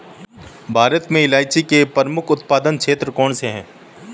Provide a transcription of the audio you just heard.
भारत में इलायची के प्रमुख उत्पादक क्षेत्र कौन से हैं?